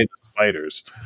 spiders